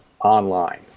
online